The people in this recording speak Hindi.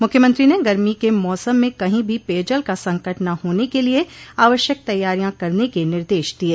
मुख्यमंत्री ने गर्मी के मौसम में कहीं भी पेयजल का संकट न होने के लिये आवश्यक तैयारियां करने के निर्देश दिये